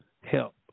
help